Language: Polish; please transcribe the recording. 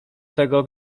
tego